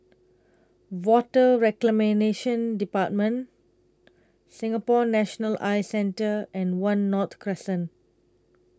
Water Reclamation department Singapore National Eye Centre and one North Crescent